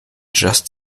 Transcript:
just